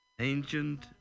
ancient